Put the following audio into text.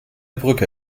brücke